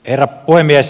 herra puhemies